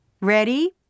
Ready